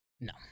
No